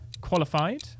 qualified